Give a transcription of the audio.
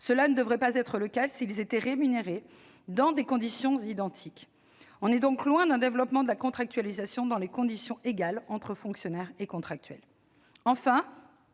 cela ne devrait pas être le cas s'ils étaient rémunérés dans des conditions identiques. On est donc loin d'un développement de la contractualisation dans des conditions égales entre fonctionnaires et contractuels